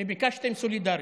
וביקשתם סולידריות.